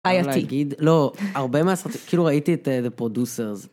הייתי. לא, הרבה מהסרטים, כאילו, ראיתי את הפרודוסרס.